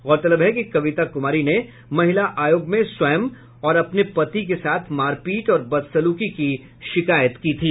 गौरतलब है कि कविता कुमारी ने महिला आयोग में स्वयं और अपने पति के साथ मारपीट और बदसुलकी की शिकायत की थी